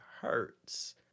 hurts